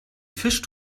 fisch